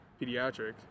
pediatric